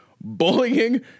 bullying